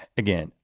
again,